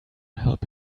help